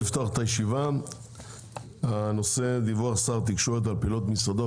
אני רוצה לפתוח את הישיבה בנושא: "דיווח שר התקשורת על פעילות משרדו".